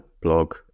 blog